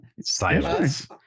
Silence